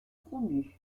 promus